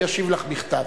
הוא ישיב לך בכתב.